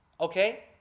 okay